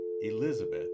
Elizabeth